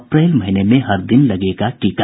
अप्रैल महीने में हर दिन लगेगा टीका